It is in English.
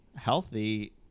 healthy